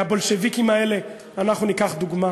מהבולשביקים האלה אנחנו ניקח דוגמה.